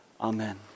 Amen